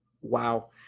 Wow